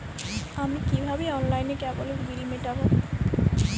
আমি কিভাবে অনলাইনে কেবলের বিল মেটাবো?